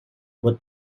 would